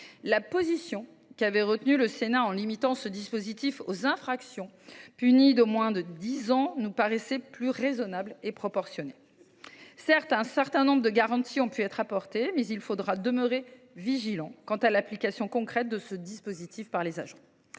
La position qu’avait retenue le Sénat, en limitant ce dispositif aux infractions punies de moins de dix ans d’emprisonnement, nous paraissait plus raisonnable et proportionnée. Un certain nombre de garanties ont certes pu être apportées, mais il faudra demeurer vigilant quant à l’application concrète de ce dispositif par les agents.